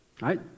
right